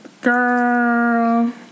Girl